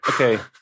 Okay